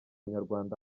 nyarwanda